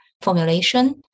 formulation